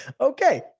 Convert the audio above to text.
Okay